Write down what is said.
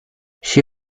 she